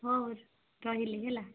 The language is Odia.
ହଁ ରହିଲି ହେଲା